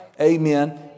Amen